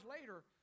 later